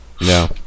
No